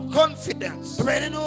confidence